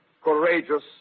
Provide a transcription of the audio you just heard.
courageous